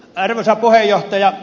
arvoisa puhemies